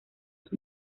sus